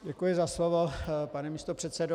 Děkuji za slovo, pane místopředsedo.